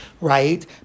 right